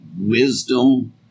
wisdom